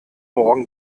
morgen